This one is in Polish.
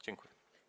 Dziękuję.